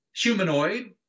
humanoid